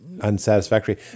unsatisfactory